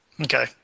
Okay